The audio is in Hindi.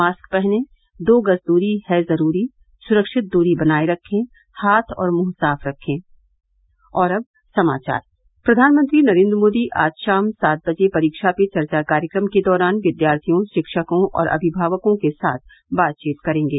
मास्क पहनें दो गज दूरी है जरूरी सुरक्षित दूरी बनाये रखे हाथ और मुंह साफ रखे प्रधानमंत्री नरेन्द्र मोदी आज शाम सात बजे परीक्षा पे चर्चा कार्यक्रम के दौरान विद्यार्थियों शिक्षकों और अभिभावकों के साथ बातचीत करेंगे